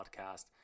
podcast